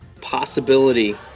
possibility